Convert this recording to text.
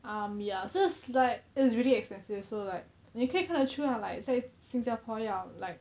um ya so it's like it's really expensive so like 你可以看得出 ah like 在新加坡要 like